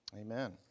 Amen